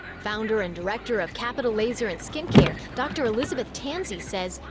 founder and director of capital laser and skin care, dr. elizabeth tanzi, says,